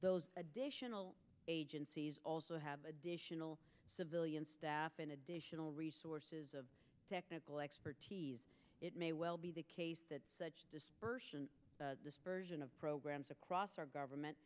those additional agencies also have additional civilian staff an additional resources of technical expertise it may well be the case that such dispersion version of programs across our government